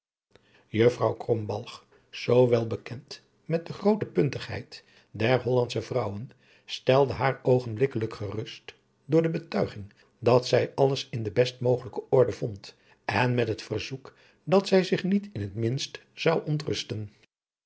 krombalg zoo wel bekend met de groote puntigheid der noordhollandsche vrouwen stelde haar oogenblikkelijk gerust door de betuiging dat zij alles in de best mogelijke orde vond en met het verzoek dat zij zich niet in het minste zou ontrusten